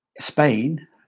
Spain